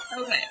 Okay